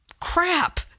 Crap